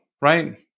right